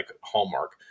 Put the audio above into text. Hallmark